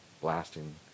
blasting